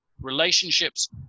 relationships